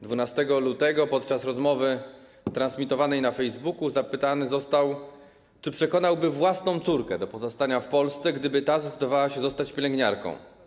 12 lutego podczas rozmowy transmitowanej na Facebooku został on zapytany, czy przekonałby własną córkę do pozostania w Polsce, gdyby ta zdecydowała się zostać pielęgniarką.